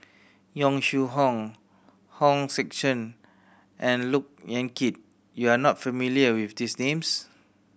Yong Shu Hoong Hong Sek Chern and Look Yan Kit you are not familiar with these names